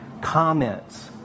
comments